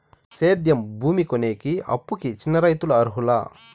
సేద్యం భూమి కొనేకి, అప్పుకి చిన్న రైతులు అర్హులా?